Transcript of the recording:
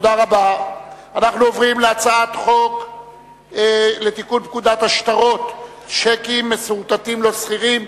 אנו עוברים להצעת חוק לתיקון פקודת השטרות (שיקים מסורטטים לא סחירים),